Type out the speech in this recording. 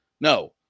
No